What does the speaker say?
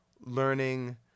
learning